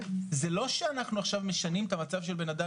זה לא שאנחנו משנים עכשיו את המצב של בן אדם